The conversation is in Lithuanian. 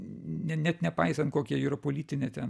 ne net nepaisant kokia yra politinė ten